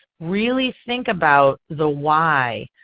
really think about the why,